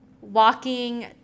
walking